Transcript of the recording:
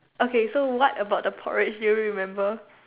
okay so what about the porridge do you remember